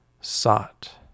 sought